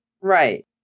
Right